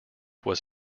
was